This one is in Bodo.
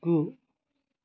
गु